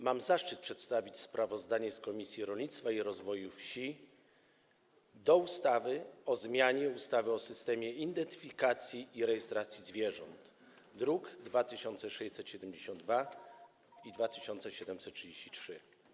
Mam zaszczyt przedstawić sprawozdanie Komisji Rolnictwa i Rozwoju Wsi dotyczące projektu ustawy o zmianie ustawy o systemie identyfikacji i rejestracji zwierząt, druki nr 2672 i 2733.